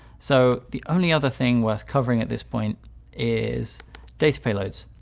so the only other thing worth covering at this point is data payloads.